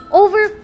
over